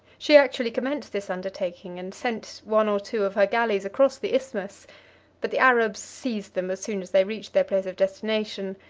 she actually commenced this undertaking, and sent one or two of her galleys across the isthmus but the arabs seized them as soon as they reached their place of destination,